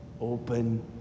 open